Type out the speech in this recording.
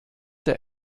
der